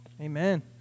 Amen